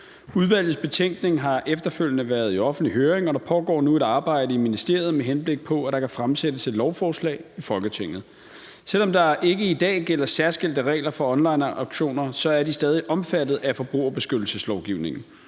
Udvalgets betænkning har efterfølgende været i offentlig høring, og der pågår nu et arbejde i ministeriet, med henblik på at der kan fremsættes et lovforslag i Folketinget. Selv om der ikke i dag gælder særskilte regler for onlineauktioner, er de stadig omfattet af forbrugerbeskyttelseslovgivningen.